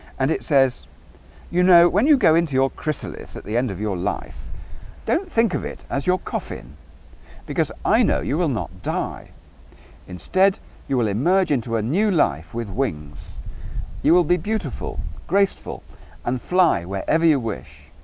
and it says you know when you go into your chrysalis at the end of your life don't think of it as your coffin because i know you will not die instead you will emerge into a new life with wings you will be beautiful graceful and fly wherever you wish